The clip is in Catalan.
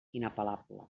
inapel·lable